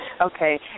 okay